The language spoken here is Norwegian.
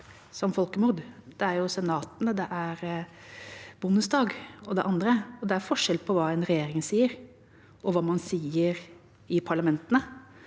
som folkemord. Det er Senatet, det er Forbundsdagen, det er andre. Det er forskjell på hva en regjering sier, og hva man sier i parlamentene.